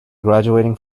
graduating